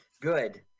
Good